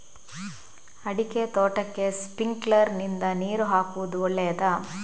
ಅಡಿಕೆ ತೋಟಕ್ಕೆ ಸ್ಪ್ರಿಂಕ್ಲರ್ ನಿಂದ ನೀರು ಹಾಕುವುದು ಒಳ್ಳೆಯದ?